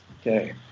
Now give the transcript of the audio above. Okay